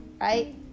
right